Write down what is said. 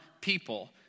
people